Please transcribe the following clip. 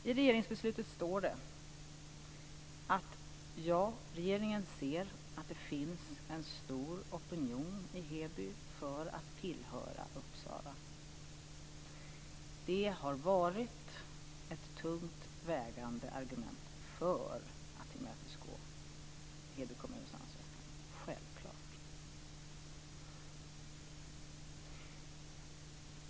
I regeringsbeslutet står det att regeringen ser att det finns en stor opinion i Heby för att tillhöra Uppsala. Det har varit ett tungt vägande argument för att tillmötesgå Heby kommuns ansökan, självklart.